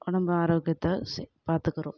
உடம்பு ஆரோக்கியத்தை பாத்துக்கிறோம்